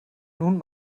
nun